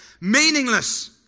meaningless